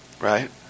right